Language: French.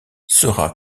sera